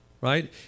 right